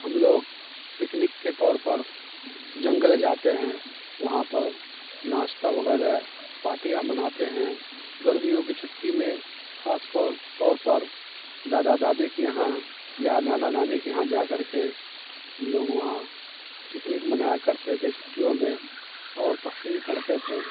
ہم لوگ پکنک کے طور پر جنگل جاتے ہیں وہاں پر ناشتہ وغیرہ پارٹیاں مناتے ہیں گرمیوں کی چھٹی میں خاص طور پر دادا دادی کے یہاں یا نانا نانی کے یہاں جا کر کے ہم لوگ وہاں پکنک منایا کرتے تھے چھٹیوں میں اور تفریح کرتے تھے